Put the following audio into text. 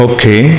Okay